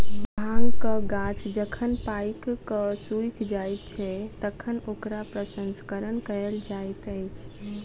भांगक गाछ जखन पाइक क सुइख जाइत छै, तखन ओकरा प्रसंस्करण कयल जाइत अछि